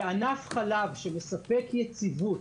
ענף חלב שמספק יציבות,